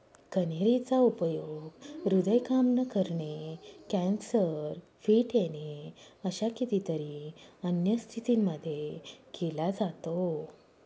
कन्हेरी चा उपयोग हृदय काम न करणे, कॅन्सर, फिट येणे अशा कितीतरी अन्य स्थितींमध्ये केला जातो